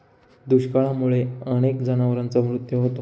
दुष्काळामुळे अनेक जनावरांचा मृत्यू होतो